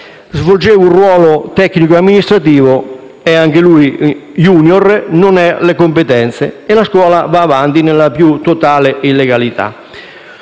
svolgeva un ruolo tecnico amministrativo e, anche lui *junior*, non ha le competenze. E la scuola va avanti nella più totale illegalità.